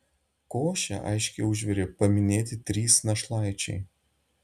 košę aiškiai užvirė paminėti trys našlaičiai